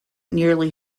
nearly